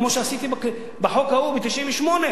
כמו שעשיתי בחוק ההוא ב-1998.